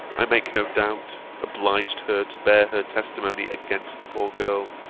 i make no doubt, obliged her to bear her testimony against the poor girl.